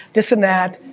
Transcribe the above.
this and that,